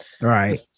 Right